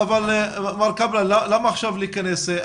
מר קפלן, למה עכשיו להכנס.